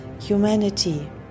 humanity